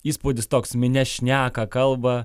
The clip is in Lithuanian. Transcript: įspūdis toks minia šneka kalba